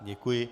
Děkuji.